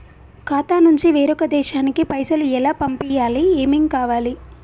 ఖాతా నుంచి వేరొక దేశానికి పైసలు ఎలా పంపియ్యాలి? ఏమేం కావాలి?